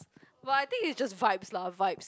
but I think it's just vibes lah vibes